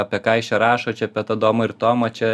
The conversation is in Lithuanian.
apie ką jis čia rašo čia apie tą domą ir tomą čia